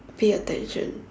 pay attention